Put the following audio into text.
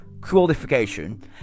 qualification